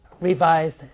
revised